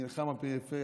הנלחם למען הפריפריה,